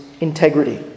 integrity